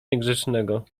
niegrzecznego